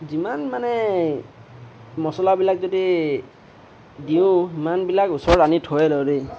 যিমান মানে মচলাবিলাক যদি দিওঁ সিমানবিলাক ওচৰত আনি থৈ লওঁ দেই